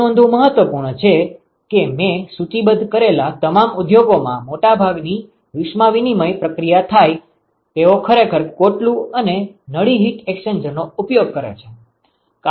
તે નોંધવું મહત્વપૂર્ણ છે કે મેં સૂચિબદ્ધ કરેલા તમામ ઉદ્યોગોમાં મોટાભાગની ઉષ્મા વિનિમય પ્રક્રિયા થાય તેઓ ખરેખર કોટલું અને નળી હિટ એક્સ્ચેન્જરનો ઉપયોગ કરે છે